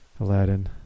Aladdin